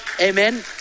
Amen